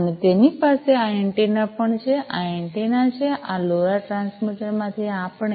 અને તેની પાસે આ એન્ટેના પણ છે આ એન્ટેના છે આ લોરા ટ્રાન્સમીટર માંથી આપણે